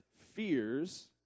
fears